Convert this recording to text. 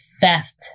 theft